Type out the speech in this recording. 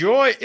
Joy